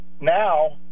now